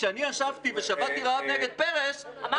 כשאני ישבתי ושבתתי רעב נגד פרס -- אמרתי שהערכתי אותך.